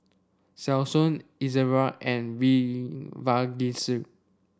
Selsun Ezerra and V Vagisil